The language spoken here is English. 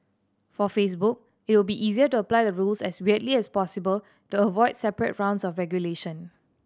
for Facebook it will be easier to apply the rules as widely as possible to avoid separate rounds of regulation